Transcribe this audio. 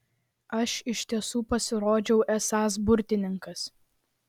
aš iš tiesų pasirodžiau esąs burtininkas